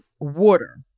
water